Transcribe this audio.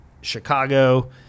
Chicago